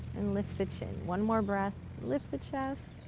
and lift the chin. one more breath. lift the chest,